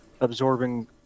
absorbing